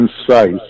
concise